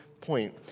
point